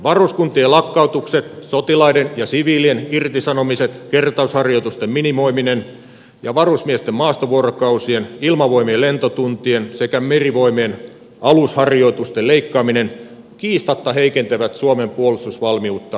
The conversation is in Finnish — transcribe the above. varuskuntien lakkautukset sotilaiden ja siviilien irtisanomiset kertausharjoitusten minimoiminen ja varusmiesten maastovuorokausien ilmavoimien lentotuntien sekä merivoimien alusharjoitusten leikkaaminen kiistatta heikentävät suomen puolustusvalmiutta pitkälle tulevaisuuteen